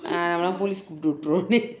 எவனோ:evanno police கூப்பிடுவோம்:kuupidiuvoom